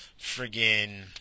friggin